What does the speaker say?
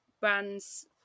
brands